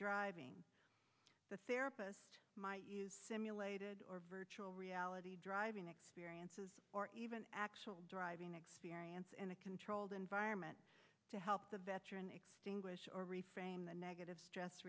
driving the therapist simulated or virtual reality driving experiences or even actual driving experience in a controlled environment to help the veteran extinguish or restrain the negative stress